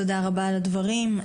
תודה רבה על הדברים.